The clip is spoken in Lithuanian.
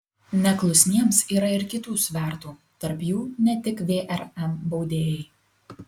neklusniems yra ir kitų svertų tarp jų ne tik vrm baudėjai